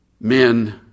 Men